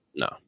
No